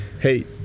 hey